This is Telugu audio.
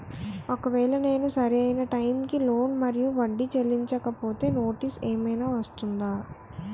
ఒకవేళ నేను సరి అయినా టైం కి లోన్ మరియు వడ్డీ చెల్లించకపోతే నోటీసు ఏమైనా వస్తుందా?